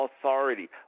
authority